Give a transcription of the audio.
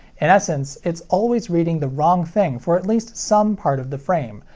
and essence it's always reading the wrong thing for at least some part of the frame,